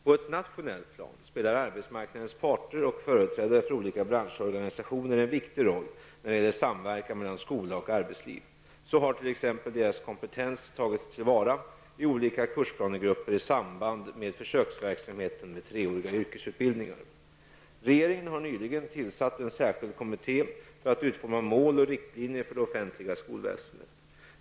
På ett nationellt plan spelar arbetsmarknadens parter och företrädare för olika branschorganisationer en viktig roll när det gäller samverkan mellan skola och arbetsliv. Så har t.ex. deras kompetens tagits tillvara i olika kursplanegrupper i samband med försöksverksamheten med treåriga yrkesutbildningar. Regeringen har nyligen tillsatt en särskilt kommitté för att utforma mål och riktlinjer för det offentliga skolväsendet.